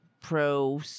pro